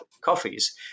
coffees